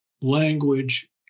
language